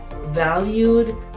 valued